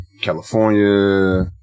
California